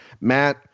Matt